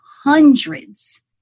hundreds